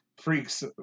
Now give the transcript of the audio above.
freaks